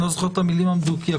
אני לא זוכר את המלים המדויקות,